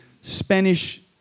Spanish